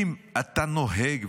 אם אתה נוהג,